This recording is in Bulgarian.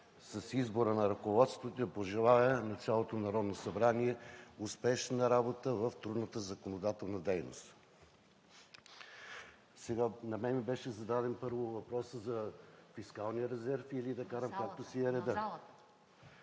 с избора на ръководството и да пожелая на цялото Народно събрание успешна работа в трудната законодателна дейност. На мен ми беше зададен първо въпросът за фискалния резерв, или да карам както си е редът?